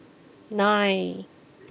nine